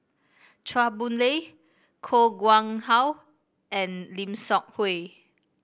Chua Boon Lay Koh Nguang How and Lim Seok Hui